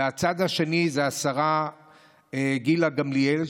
והצד השני זה השר גילה גמליאל,